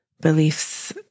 beliefs